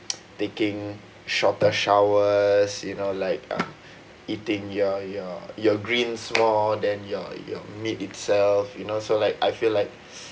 taking shorter showers you know like uh eating your your your greens more than your your meat itself you know so like I feel like